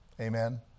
Amen